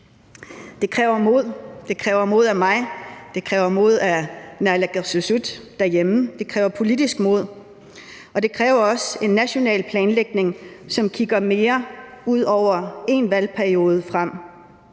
Det kræver mod, det kræver mod af mig, det kræver mod af naalakkersuisut derhjemme, det kræver politisk mod. Og det kræver også en national planlægning, som kigger mere end én valgperiode frem.